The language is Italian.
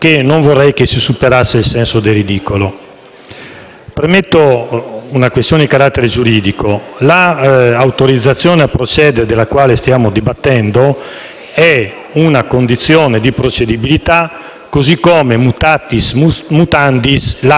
valutiamo solo la procedibilità, senza entrare nel merito, perché il Senato, quando autorizza questa richiesta, chiede il processo e la punizione della persona che ritiene colpevole, ovviamente e giustamente in presenza delle prove. Questo quindi è il dato